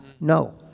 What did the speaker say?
No